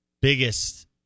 biggest